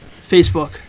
Facebook